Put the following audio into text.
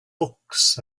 books